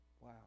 Wow